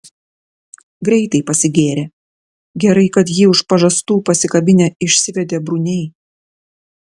greitai pasigėrė gerai kad jį už pažastų pasikabinę išsivedė bruniai